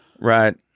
Right